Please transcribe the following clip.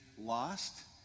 lost